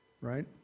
Right